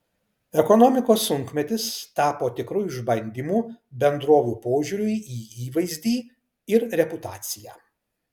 ekonomikos sunkmetis tapo tikru išbandymu bendrovių požiūriui į įvaizdį ir reputaciją